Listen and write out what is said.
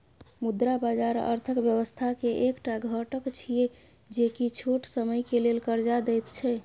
मुद्रा बाजार अर्थक व्यवस्था के एक टा घटक छिये जे की छोट समय के लेल कर्जा देत छै